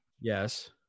Yes